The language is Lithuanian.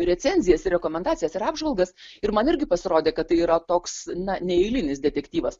recenzijas rekomendacijas ir apžvalgas ir man irgi pasirodė kad tai yra toks na neeilinis detektyvas